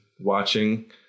watching